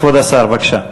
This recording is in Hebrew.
כבוד השר, בבקשה.